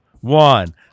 one